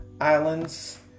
Islands